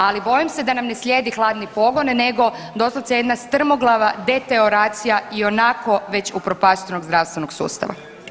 Ali bojim se da nam ne slijedi hladni pogon nego doslovce jedna strmoglava deteoracija ionako već upropaštenog zdravstvenog sustava.